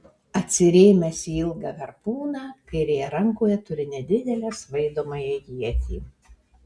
atsirėmęs į ilgą harpūną kairėje rankoje turi nedidelę svaidomąją ietį